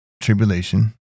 tribulation